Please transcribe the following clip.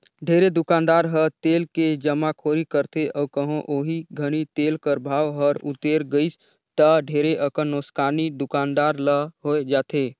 ढेरे दुकानदार ह तेल के जमाखोरी करथे अउ कहों ओही घनी तेल कर भाव हर उतेर गइस ता ढेरे अकन नोसकानी दुकानदार ल होए जाथे